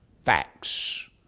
facts